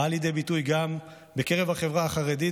באה לידי ביטוי גם בקרב החברה החרדית,